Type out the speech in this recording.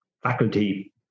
faculty